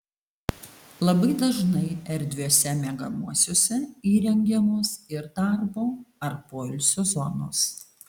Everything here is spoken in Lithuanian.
labai dažnai erdviuose miegamuosiuose įrengiamos ir darbo ar poilsio zonos